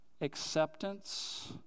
acceptance